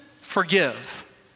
forgive